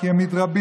כי הם מתרבים.